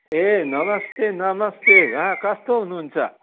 ए नमस्ते नमस्ते हाँ कस्तो हुनुहुन्छ